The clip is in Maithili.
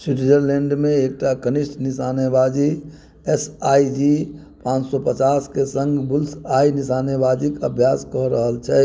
स्विट्जरलैण्डमे एकटा कनिष्ठ निशानेबाजी एस आइ जी पाँच सओ पचासके सङ्ग बुल्स आइ निशानेबाजीके अभ्यास कऽ रहल छै